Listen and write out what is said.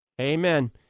Amen